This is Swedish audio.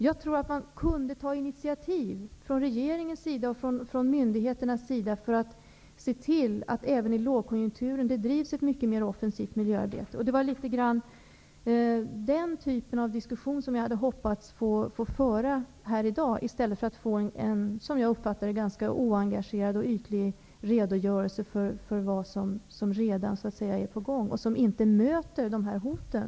Jag tror att man kunde ta initiativ från regeringens sida och från myndigheternas sida för att se till att det även i lågkonjunktur bedrivs ett mycket mer offensivt miljöarbete. Det var den typen av diskussion som jag hade hoppats kunna föra här i dag, i stället för att få en ganska oengagerad och ytlig redogörelse för vad som redan är på gång och som inte möter de här hoten.